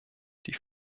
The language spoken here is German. die